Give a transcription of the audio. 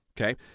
okay